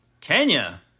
Kenya